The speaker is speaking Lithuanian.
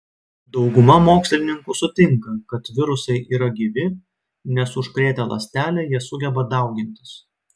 dauguma mokslininkų sutinka kad virusai yra gyvi nes užkrėtę ląstelę jie sugeba daugintis